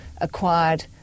acquired